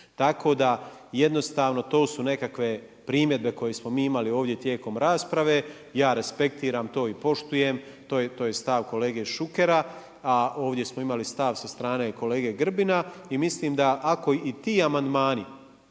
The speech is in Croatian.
Tako da jednostavno to su nekakve primjedbe koje smo mi imali ovdje tijekom rasprave i ja respektiram to i poštujem, to je stav kolege Šukera, a ovdje smo imali stav sa strane kolege Grbina. I mislim da ako i ti amandmani